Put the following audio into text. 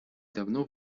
давно